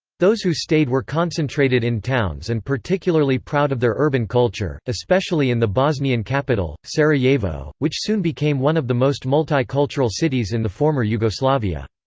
those who stayed were concentrated in towns and particularly proud of their urban culture, especially in the bosnian capital, sarajevo, which soon became one of the most multi-cultural cities in the former yugoslavia.